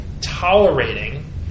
tolerating